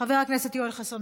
חבר הכנסת מאיר כהן,